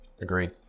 agreed